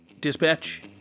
Dispatch